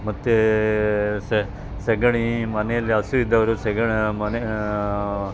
ಮತ್ತು ಸಗಣಿ ಮನೆಯಲ್ಲಿ ಹಸು ಇದ್ದವರು ಸಗಣಿ ಮನೆ